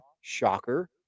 Shocker